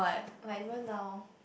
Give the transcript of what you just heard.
like even now